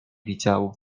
widział